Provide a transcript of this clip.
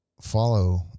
follow